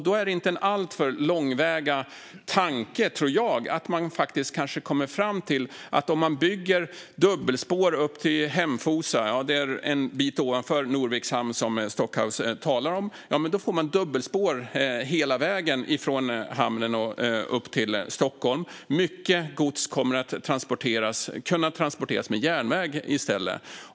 Det är inte en alltför långsökt tanke att man då kommer fram till att om man bygger dubbelspår upp till Hemfosa - det är en bit ovanför Norviks hamn, som Stockhaus talar om - får man dubbelspår hela vägen från hamnen upp till Stockholm. Mycket gods kommer då att kunna transporteras på järnväg i stället.